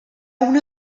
una